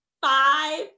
five